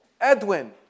Edwin